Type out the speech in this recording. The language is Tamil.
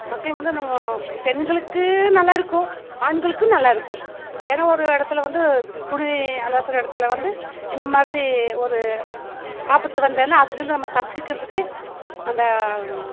மக்கள் வந்து நம்ம பெண்களுக்கு நல்லா இருக்கும் ஆண்களுக்கும் நல்லா இருக்கும் ஏனா ஒரு இடத்துல வந்து துணி அலசுகிற இடத்துல வந்து இந்தமாதிரி ஒரு ஆபத்து வந்தேன்னா அதுல இருந்து நம்ம தப்பிக்கிறதுக்கு அந்த